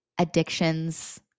addictions